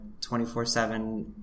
24-7